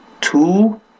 Two